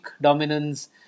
dominance